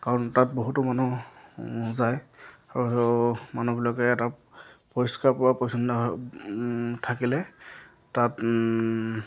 কাৰণ তাত বহুতো মানুহ যায় আৰু মানুহবিলাকে এটা পৰিষ্কাৰ বা পৰিচ্ছন্ন থাকিলে তাত